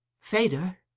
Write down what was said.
Fader